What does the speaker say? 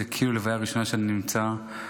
זאת כאילו לוויה ראשונה שאני נמצא בה,